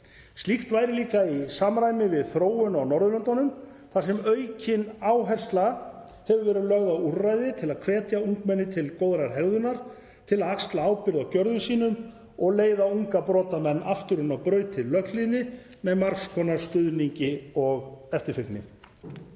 Slíkt væri í samræmi við þróun á Norðurlöndum þar sem aukin áhersla hefur verið lögð á úrræði til að hvetja ungmenni til góðrar hegðunar, til að axla ábyrgð á gjörðum sínum og leiða unga brotamenn aftur inn á brautir löghlýðni með margs konar stuðningi og eftirfylgni.